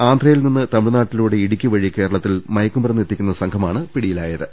ആന്ധ്രയിൽ നിന്ന് തമിഴ്നാട്ടിലൂടെ ഇടുക്കി വഴി കേരളത്തിൽ മയക്കുമരുന്ന് എത്തിക്കുന്ന സംഘമാണ് പിടി യിലായത്